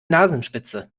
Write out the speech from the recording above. nasenspitze